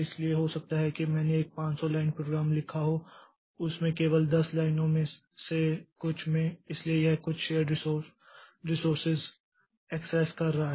इसलिए हो सकता है कि मैंने एक 500 लाइन प्रोग्राम लिखा हो और उसमें केवल 10 लाइनों में से कुछ में इसलिए यह कुछ शेर्ड रिसोर्सस एक्सेस कर रहा है